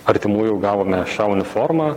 artimųjų gavome šią uniformą